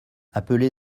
appelé